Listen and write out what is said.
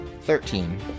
Thirteen